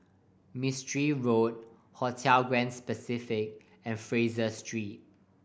Mistri Road Hotel Grand Pacific and Fraser Street